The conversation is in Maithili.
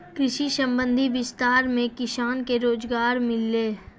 कृषि संबंधी विस्तार मे किसान के रोजगार मिल्लै